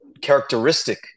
characteristic